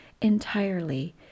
entirely